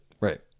right